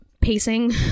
pacing